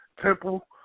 Temple